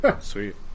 Sweet